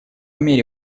мере